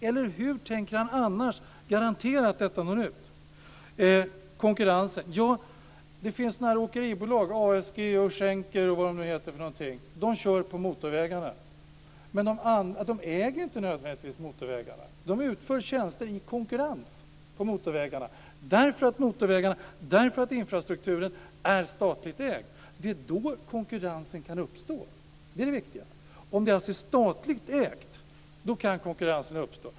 Eller hur tänker han annars garantera att detta når ut? Sedan till detta med konkurrensen. Det finns några åkeribolag - ASG, Schenker och vad de heter - som kör på motorvägarna. Men de äger inte nödvändigtvis motorvägarna. De utför tjänster i konkurrens på motorvägarna för att motorvägarna, infrastrukturen, är statligt ägda. Det är då konkurrensen kan uppstå. Det är det viktiga. Om det är statligt ägt kan alltså konkurrens uppstå.